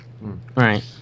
Right